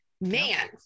man